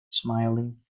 smiling